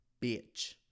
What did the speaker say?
bitch